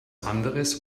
anderes